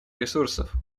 ресурсов